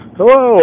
Hello